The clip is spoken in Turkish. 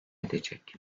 edecek